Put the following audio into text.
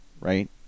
Right